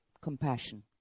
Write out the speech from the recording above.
compassion